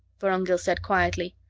vorongil said quietly.